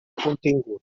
continguts